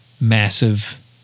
massive